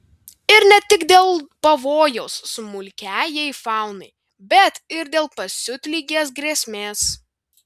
ir ne tik dėl pavojaus smulkiajai faunai bet ir dėl pasiutligės grėsmės